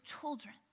children